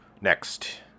Next